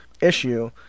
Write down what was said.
issue